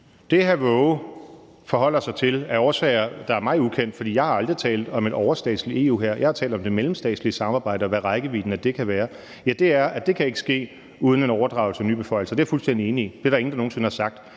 Det, Frederik Waage forholder sig til af årsager, som er mig ukendte, for jeg har aldrig talt om en overstatslig EU-hær – jeg har talt om det mellemstatslige samarbejde, og hvad rækkevidden af det kan være – er, at det ikke kan ske uden en overdragelse af nye beføjelser. Det er jeg fuldstændig enig i. Det er der ingen der nogen sinde har sagt.